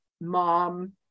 mom